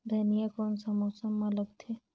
धनिया कोन सा मौसम मां लगथे?